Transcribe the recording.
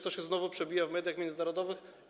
To się znowu przewija w mediach międzynarodowych.